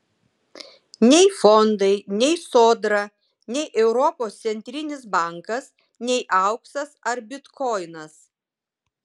nei fondai nei sodra nei europos centrinis bankas nei auksas ar bitkoinas